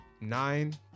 nine